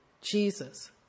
Jesus